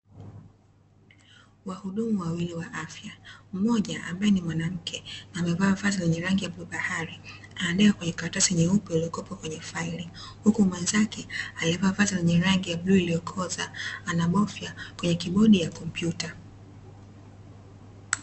Wahudumu wawili wa afya mmoja ambae ni mwanamke amevaa vazi lenye rangi ya bluu bahari anaandika kwenye karatasi nyeupe iliyokuwepo kwenye faili huku mwenzake aliyevaa vazi lenye rangi ya bluu iliyokoza anabofya kwenye kibodi ya kompyuta.